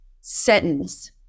sentence